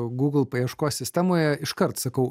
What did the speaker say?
google paieškos sistemoje iškart sakau